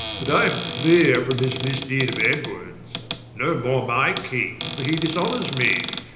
that i am cleere from this misdeed of edwards no more my king, for he dishonors me,